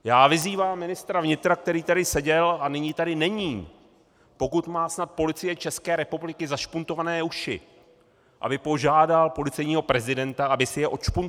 Já vyzývám ministra vnitra, který tady seděl a nyní tady není, pokud má snad Policie České republiky zašpuntované uši, aby požádal policejního prezidenta, aby si je odšpuntovali.